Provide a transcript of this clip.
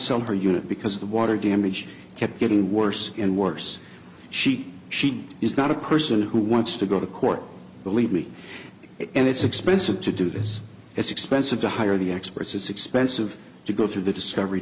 sell her unit because the water damage kept getting worse and worse she she is not a person who wants to go to court believe me and it's expensive to do this it's expensive to hire the experts it's expensive to go through the discovery